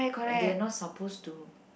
they're not supposed to